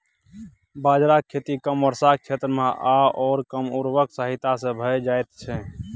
बाजराक खेती कम वर्षाक क्षेत्रमे आओर कम उर्वरकक सहायता सँ भए जाइत छै